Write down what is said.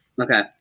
Okay